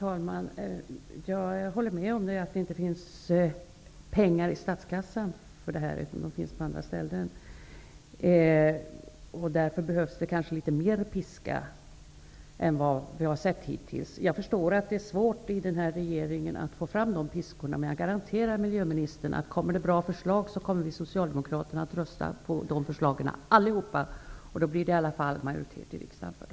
Fru talman! Jag håller med om att det inte finns pengar i statskassan för detta ändamål, men de finns på andra ställen. Därför behövs det kanske litet mer av piska än vad vi har sett hittills. Jag förstår att det är svårt i denna regering att få fram de piskorna, men jag garanterar miljöministern: kommer det fram bra förslag, kommer vi socialdemokrater att rösta på de förslagen, och då blir det en majoritet för dem i riksdagen.